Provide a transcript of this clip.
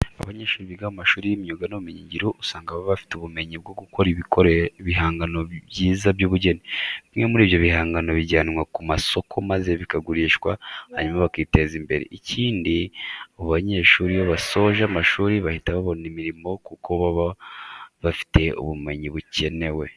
Abanyeshuri biga mu mashuri y'imyuga n'ubumenyingiro, usanga baba bafite ubumenyi bwo gukora ibihangano byiza by'ubugeni. Bimwe muri ibyo bihangano bijyanwa ku masoko maze bikagurishwa hanyuma bakiteza imbere. Ikindi, abo banyeshuri iyo basoje amashuri bahita babona imirimo kuko baba bafite ubumenyi bukenewe.